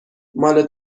مال